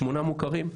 שמונה מוכרים?